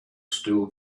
still